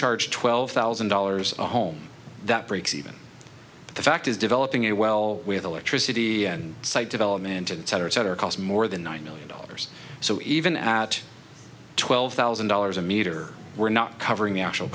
charge a twelve thousand dollars home that breaks even the fact is developing a well with electricity and site development and cetera et cetera cost more than one million dollars so even at twelve thousand dollars a meter we're not covering the actual